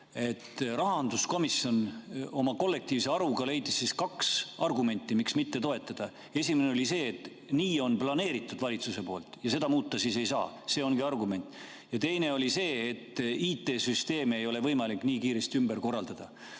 Rahanduskomisjon oma kollektiivse aruga leidis kaks argumenti, miks mitte toetada. Esimene oli see, et nii on planeeritud valitsuse poolt ja seda muuta siis ei saa, see ongi argument. Teine oli see, et IT‑süsteemi ei ole võimalik nii kiiresti ümber korraldada.